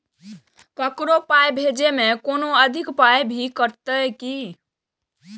ककरो पाय भेजै मे कोनो अधिक पाय भी कटतै की?